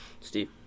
Steve